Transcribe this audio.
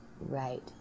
right